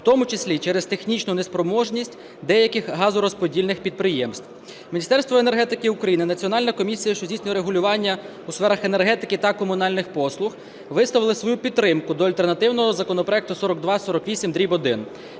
в тому числі через технічну неспроможність деяких газорозподільних підприємств. Міністерство енергетики України, Національна комісія, що здійснює регулювання у сферах енергетики та комунальних послуг, висловили свою підтримку до альтернативного законопроекту (4248-1).